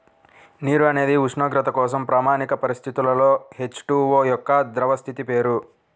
నీరు అనేది ఉష్ణోగ్రత కోసం ప్రామాణిక పరిస్థితులలో హెచ్.టు.ఓ యొక్క ద్రవ స్థితి పేరు